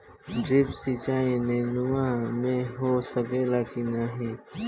Drip सिंचाई नेनुआ में हो सकेला की नाही?